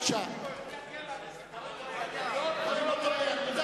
למה שרק